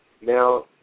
now